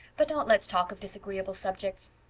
but don't let's talk of disagreeable subjects.